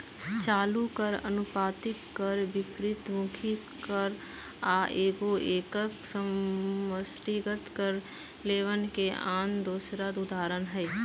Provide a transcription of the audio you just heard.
चालू कर, अनुपातिक कर, विपरितमुखी कर आ एगो एकक समष्टिगत कर लेबल के आन दोसर उदाहरण हइ